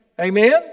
Amen